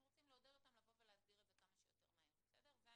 אנחנו רוצים לעודד אותם לבוא ולהסדיר את זה כמה שיותר מהר,